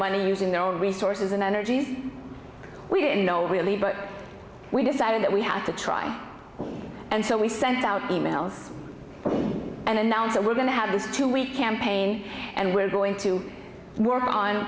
money using their own resources and energies we didn't know really but we decided that we have to try and so we sent out e mails and announce that we're going to have this two week campaign and we're going to work on